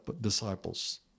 disciples